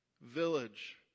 Village